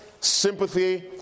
sympathy